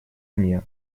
мне